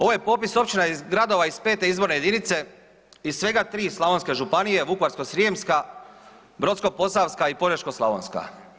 Ovo je popis općina i gradova iz 5. izborne jedinice iz svega 3 slavonske županije, Vukovarsko-srijemska, Brodsko-posavska i Požeško-slavonska.